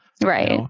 Right